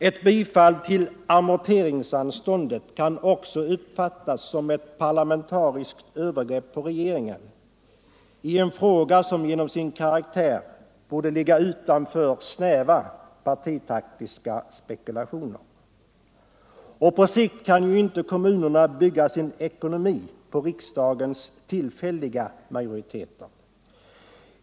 Ett bifall till amorteringsanståndet kan också uppfattas som ett parlamentariskt övergrepp på re geringen i en fråga som genom sin karaktär borde ligga utanför snäva - partitaktiska spekulationer. På sikt kan ju inte kommunerna bygga sin ekonomi på riksdagens tillfälliga majoriteter.